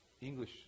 English